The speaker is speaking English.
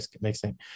mixing